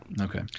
Okay